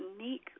unique